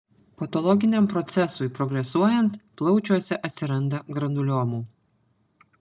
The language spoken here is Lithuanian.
patologiniam procesui progresuojant plaučiuose atsiranda granuliomų